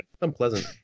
unpleasant